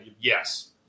Yes